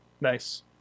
Nice